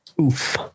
Oof